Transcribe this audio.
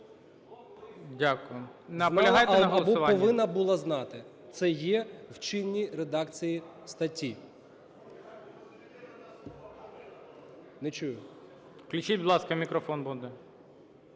Знала або повинна була знати, це є в чинній редакції статті. ГОЛОВУЮЧИЙ. Включіть, будь ласка, мікрофон Бондар.